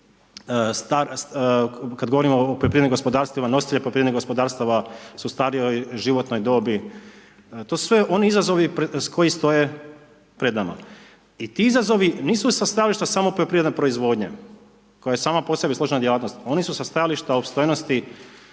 kada govorimo o poljoprivrednim gospodarstvima, nositelje poljoprivrednih gospodarstava, su u starijoj životnoj dobi, to su sve oni izazovi, koji stoje pred nama. I ti izazovi nisu sa stajališta samo sa poljoprivredne proizvodnje, koje sama po sebi složena djelatnost, oni su sa stajališta opstojnosti,